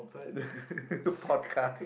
podcast